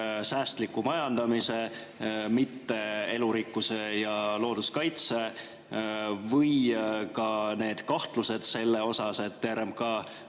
säästliku majandamise, mitte elurikkuse ja looduskaitse, ja ka kahtlustest selles osas, et RMK